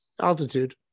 Altitude